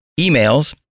Emails